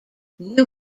new